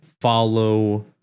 follow